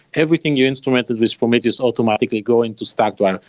everything you instrumented with prometheus automatically go into stackdriver.